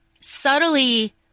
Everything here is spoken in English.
subtly